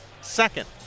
second